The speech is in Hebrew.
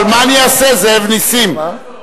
יואל,